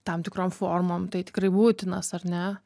tam tikrom formom tai tikrai būtinas ar ne